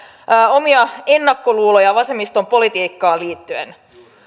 omia ennakkoluuloja vasemmiston politiikkaan liittyen